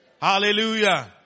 hallelujah